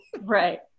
Right